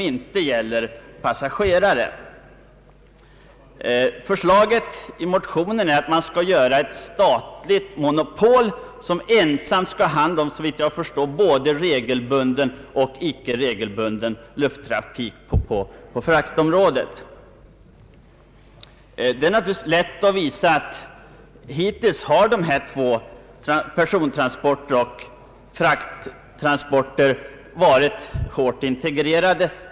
I motionerna föreslås att ett statligt monopol skall inrättas som, såvitt jag förstår, skall ha hand om både regelbunden och icke regelbunden lufttrafik på fraktområdet. Det är naturligtvis lätt att visa att hittills har persontransporter och godstransporter varit hårt integrerade.